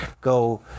go